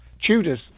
Tudors